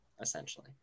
essentially